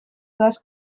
doaz